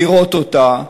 לראות אותה ולדווח,